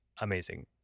Amazing